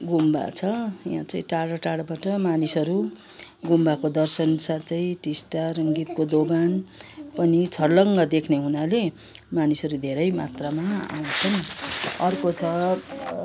गुम्बा छ यहाँ चाहिँ टाढो टाढोबाट मानिसहरू गुम्बाको दर्शन साथै टिस्टा रङ्गितको दोभान पनि छर्लङ्ग देख्ने हुनाले मानिसहरू धेरै मात्रामा आउछँन् अर्को छ